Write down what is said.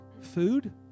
food